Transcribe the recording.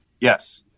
Yes